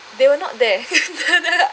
they were not there